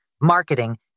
marketing